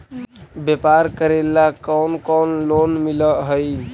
व्यापार करेला कौन कौन लोन मिल हइ?